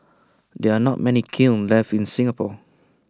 there are not many kilns left in Singapore